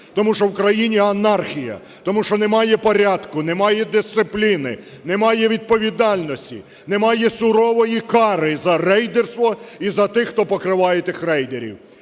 тому що в Україні анархія, тому що немає порядку, немає дисципліни, немає відповідальності, немає сурової кари за рейдерство і за тих, хто покриває тих рейдерів.